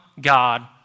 God